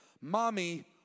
mommy